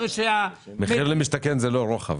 "מחיר למשתכן" זה לא רוחב.